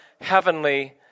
heavenly